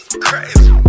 Crazy